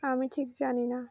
আমি ঠিক জানি না